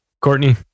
Courtney